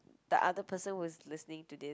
the other person who's listening to this